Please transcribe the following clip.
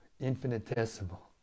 infinitesimal